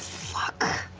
fuck.